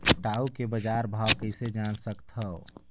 टाऊ के बजार भाव कइसे जान सकथव?